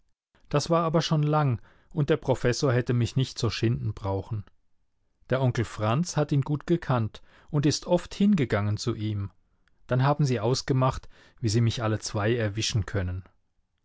das war aber schon lang und der professor hätte mich nicht so schinden brauchen der onkel franz hat ihn gut gekannt und ist oft hingegangen zu ihm dann haben sie ausgemacht wie sie mich alle zwei erwischen können